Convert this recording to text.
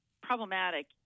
problematic